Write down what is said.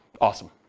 Awesome